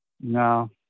no